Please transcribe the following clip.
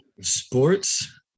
Sports